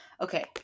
okay